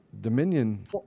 Dominion